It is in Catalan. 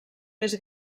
més